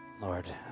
Lord